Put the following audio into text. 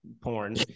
porn